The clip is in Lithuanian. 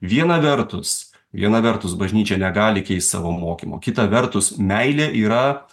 viena vertus viena vertus bažnyčia negali keist savo mokymo kita vertus meilė yra